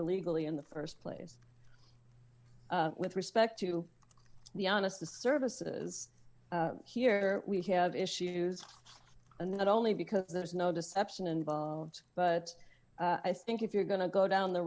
illegally in the st place with respect to the honest the services here we have issues and not only because there's no deception involved but i think if you're going to go down the